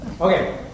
Okay